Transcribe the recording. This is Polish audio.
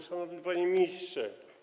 Szanowny Panie Ministrze!